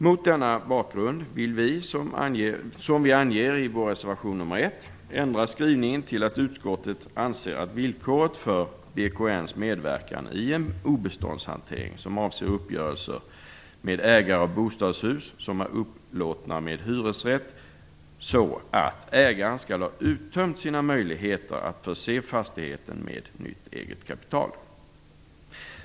Mot denna bakgrund vill vi, som vi anger i reservation 1, ändra skrivningen till att utskottet anser att villkoret för BKN:s medverkan i en obeståndshantering som avser uppgörelser med ägare av bostadshus som är upplåtna med hyresrätt, är att ägaren skall ha uttömt sina möjligheter att förse fastigheten med nytt eget kapital.